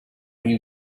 you